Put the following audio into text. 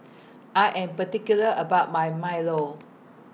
I Am particular about My Milo